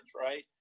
right